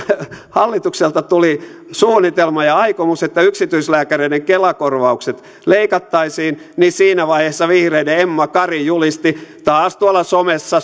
hallitukselta tuli suunnitelma ja aikomus että yksityislääkäreiden kela korvaukset leikattaisiin niin siinä vaiheessa vihreiden emma kari julisti taas tuolla somessa